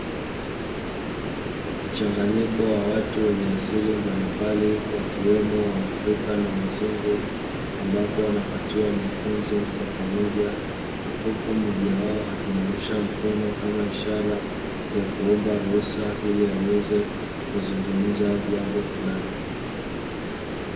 Mchanganyiko wa watu wenye asili mbalimbali wakiwemo wa afrika na wazungu, ambapo wanapatiwa mafunzo kwa pamoja, huku mmoja wao akinyoosha mkono kama ishara ya kuomba ruhusa ili aweze kuzungumza jambo fulani.